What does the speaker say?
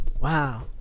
Wow